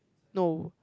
no